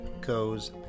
goes